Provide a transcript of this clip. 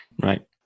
Right